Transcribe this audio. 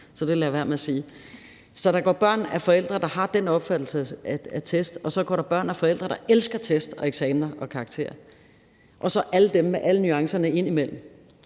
så det vil jeg lade være med at sige. Så der går børn af forældre, der har den opfattelse af test, og så går der børn af forældre, der elsker test og eksamener og karakterer. Og så er der alle dem med alle nuancerne indimellem.